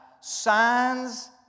signs